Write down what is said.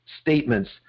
statements